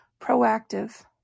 proactive